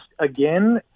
again